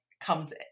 comes